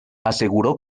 aseguró